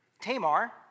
Tamar